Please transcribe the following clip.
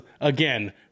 again